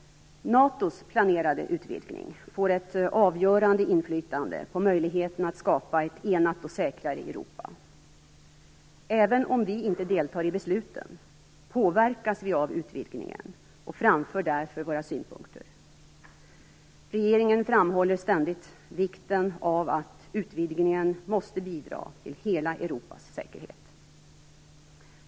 NATO:s planerade utvidgning får ett avgörande inflytande på möjligheten att skapa ett enat och säkrare Europa. Även om vi inte deltar i besluten påverkas vi av utvidgningen och framför därför våra synpunkter. Regeringen framhåller ständigt vikten av att utvidgningen måste bidra till hela Europas säkerhet.